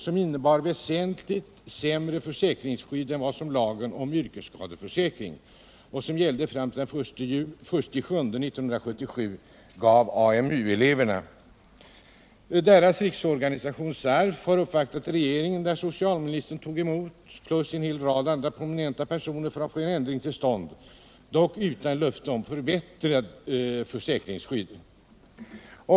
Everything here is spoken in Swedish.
Den innebär väsentligt sämre försäkringsskydd än vad lagen om yrkesskadeförsäkring, som gällde fram till den 1 juli 1977, gav AMU-eleverna. Deras riksorganisation har uppvaktat regeringen för att få en ändring till stånd — socialministern tog emot tillsammans med en hel rad andra prominenta personer — dock utan något löfte om förbättrat försäkringsskydd.